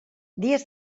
dies